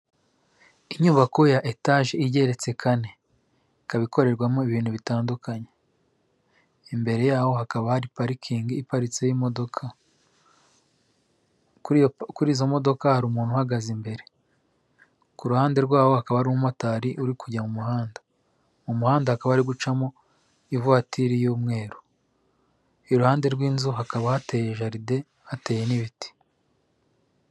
Inyubako ya etaje igeretse kane, ikaba ikorerwamo ibintu bitandukanye, imbere yaho hakaba hari parikingi iparitseho imodoka, kuri izo modoka hari umuntu uhagaze imbere, ku ruhande rwaho hakaba hari umumotari uri kujya mu muhanda, mu muhanda hakaba hari gucamo ivatiri y'umweru, iruhande rw'inzu hakaba hateye jaride, hateye n'ibiti.